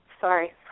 sorry